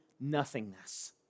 nothingness